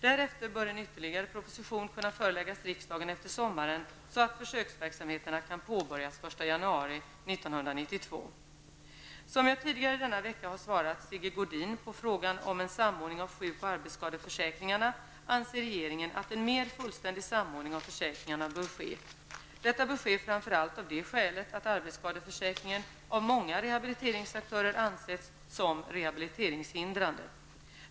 Därefter bör en ytterligare proposition kunna föreläggas riksdagen efter sommaren så att försöksverksamheterna kan påbörjas den 1 januari Som jag tidigare denna vecka har svarat Sigge Godin på frågan om en samordning av sjuk och arbetsskadeförsäkringarna anser regeringen att en mera fullständig samordning av försäkringarna bör ske. Detta bör ske framför allt av det skälet att arbetsskadeförsäkringen av många rehabiliteringsaktörer ansetts som rehabiliteringshindrande.